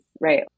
right